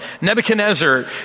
Nebuchadnezzar